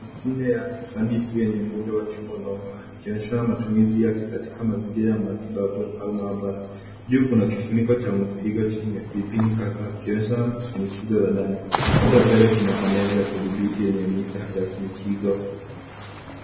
Mashine ya kisanifu yenye muundo wa chuma unaong'aa ikionyeshana matumizi yake katika mazingira ya matibabu au maabara. Juu kuna kufinko cha mviringo chenye vipini kadhaa ikionyesha shinikizo la ndani. Upande wa mbele kuna paneli ya kudhibiti yenye mita ya shinikizo.